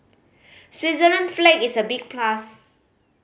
Switzerland flag is a big plus